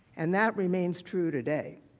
and that remains true today.